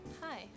Hi